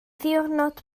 ddiwrnod